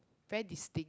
very distinct